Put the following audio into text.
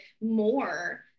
more